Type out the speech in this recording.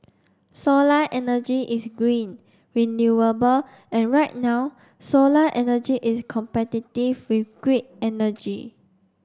solar energy is green renewable and right now solar energy is competitive with grid energy